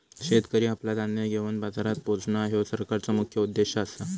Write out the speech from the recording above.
शेतकरी आपला धान्य घेवन बाजारात पोचणां, ह्यो सरकारचो मुख्य उद्देश आसा